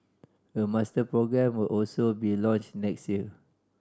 a master programme will also be launched next year